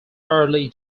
early